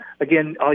again